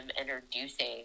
introducing